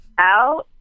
out